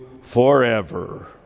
forever